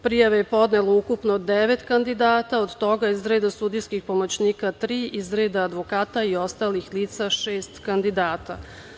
Prijave je podnelo ukupno devet kandidata, od toga iz reda sudijskih pomoćnika tri, iz reda advokata i ostalih lica šest kandidata.